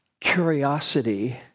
curiosity